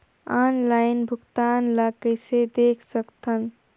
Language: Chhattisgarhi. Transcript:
ऑनलाइन भुगतान ल कइसे देख सकथन?